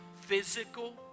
physical